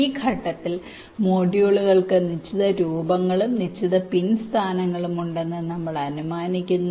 ഈ ഘട്ടത്തിൽ മൊഡ്യൂളുകൾക്ക് നിശ്ചിത രൂപങ്ങളും നിശ്ചിത പിൻ സ്ഥാനങ്ങളും ഉണ്ടെന്ന് നമ്മൾ അനുമാനിക്കുന്നു